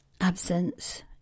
Absence